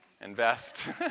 Invest